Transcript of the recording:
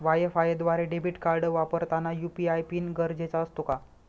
वायफायद्वारे debit card वापरताना UPI PIN गरजेचा असतो का?